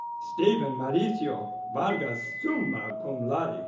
steven mauricio vargas, summa cum laude,